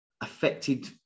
affected